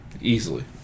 Easily